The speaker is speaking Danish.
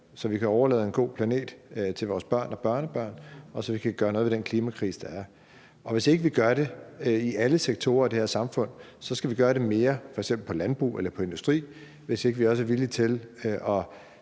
så vi kan overlade en god planet til vores børn og børnebørn, og så vi kan gøre noget ved den klimakrise, der er. Og hvis ikke vi gør det i alle sektorer i det her samfund, skal vi gøre det mere på f.eks. landbrug eller på industri, hvis ikke vi også er villige til at